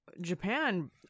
Japan